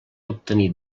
obtenir